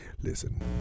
Listen